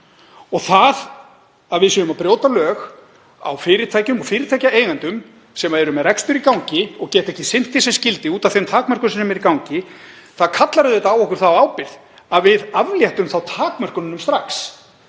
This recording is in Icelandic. lög. Það að við séum að brjóta lög á fyrirtækjum og fyrirtækjaeigendum, sem eru með rekstur í gangi og geta ekki sinnt honum sem skyldi út af þeim takmörkunum sem eru í gangi, kallar á þá ábyrgð að við afléttum takmörkununum strax.